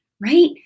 right